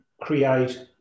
create